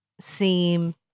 seem